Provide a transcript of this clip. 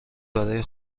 برای